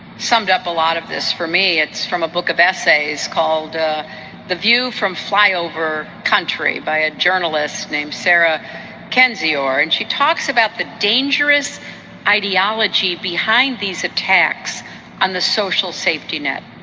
summed up a lot of this for me. it's from a book of essays called the view from flyover country by a journalist named sarah kendzior. and she talks about the dangerous ideology behind these attacks on the social safety net.